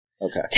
Okay